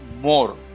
more